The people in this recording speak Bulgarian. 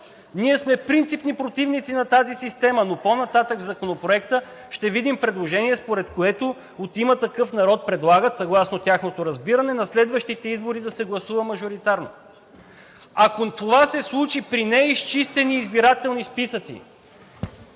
Ние сме принципни противници на тази система, но по-нататък в Законопроекта ще видим предложение, според което от „Има такъв народ“ предлагат, съгласно тяхното разбиране, на следващите избори да се гласува мажоритарно. Ако това се случи при неизчистени избирателни списъци,